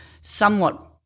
somewhat